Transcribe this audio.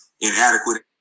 Inadequate